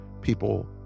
people